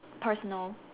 personal